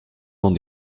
dans